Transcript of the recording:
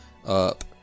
Up